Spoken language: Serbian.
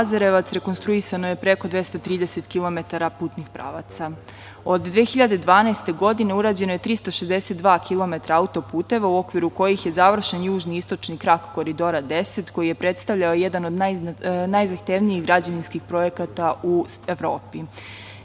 rekonstruisano je preko 230 km putnih pravaca. Od 2012. godine urađeno je 362 km auto-puteva, u okviru kojih je završen južni i istočni krak Koridora 10, koji je predstavljao jedan od najzahtevnijih građevinskih projekata u Evropi. Takođe,